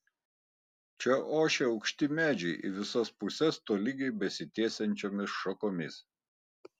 čia ošė aukšti medžiai į visas puses tolygiai besitiesiančiomis šakomis